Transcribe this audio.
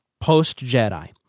post-Jedi